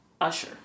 Usher